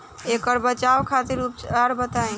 ऐकर बचाव खातिर उपचार बताई?